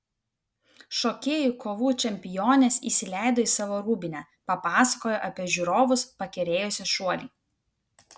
šokėjų kovų čempionės įsileido į savo rūbinę papasakojo apie žiūrovus pakerėjusį šuolį